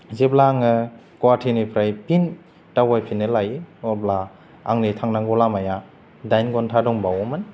जेब्ला आङो गवाहाटिनिफ्राय फिन दावबायफिननो लायो अब्ला आंनि थांनांगौ लामाया दाइन घन्टा दंबावोमोन